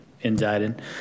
indicted